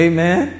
Amen